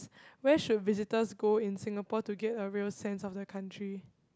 where should visitors go in Singapore to get a real sense of the country